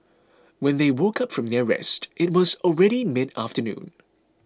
when they woke up from their rest it was already mid afternoon